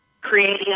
creating